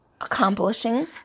accomplishing